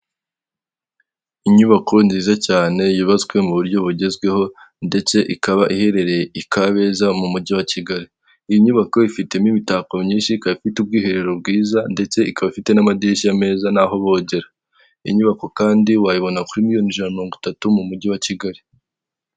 Inyubako nziza cyane yubatswe mu buryo bugezweho ndetse ikaba iherereye i Kabeza mu mujyi wa Kigali. Iyi nyubako ifitemo imitako myinshi, ikaba ifite ubwiherero bwiza ndetse ikaba ifite n'amadirishya meza n'aho bogera, inyubako kandi wayibona kuri miliyoni ijana na mirongo itatu mu mujyi wa Kigali.